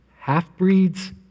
half-breeds